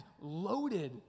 loaded